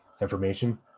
information